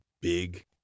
big